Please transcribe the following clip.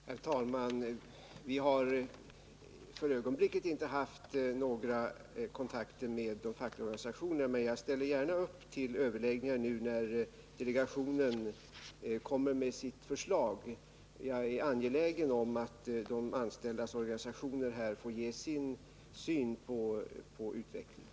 Herr talman! Vi har för ögonblicket inte haft några kontakter med de fackliga organisationerna. Men jag ställer gärna upp på överläggningar nu när delegationen kommer med sitt förslag. Jag är angelägen om att de anställdas organisationer får ge sin syn på utvecklingen.